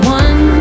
one